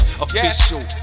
Official